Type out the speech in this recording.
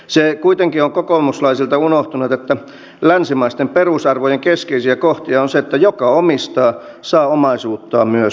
se kuitenkin on kokoomuslaisilta unohtunut että länsimaisten perusarvojen keskeisiä kohtia on se että joka omistaa saa omaisuuttaan myös myydä